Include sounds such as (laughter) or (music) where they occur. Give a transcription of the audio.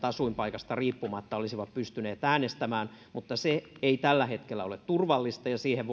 (unintelligible) asuinpaikasta riippumatta olisivat pystyneet äänestämään mutta se ei tällä hetkellä ole turvallista ja siihen (unintelligible)